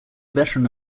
veteran